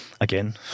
again